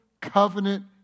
covenant